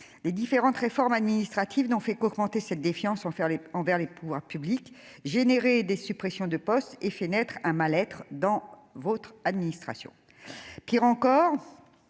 les différentes réformes administratives n'ont fait qu'augmenter cette défiance envers les envers les pouvoirs publics, générer des suppressions de postes et fenêtre un mal-être dans votre administration,